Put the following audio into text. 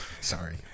sorry